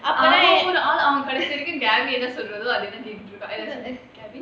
அவன் கடைசி வரைக்கும்:avan kadaisi varaikum gaby என்ன சொல்றலோ அத தான் கேட்டுட்டுருக்கான்:enna solralo atha thaan ketuturukaan